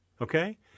Okay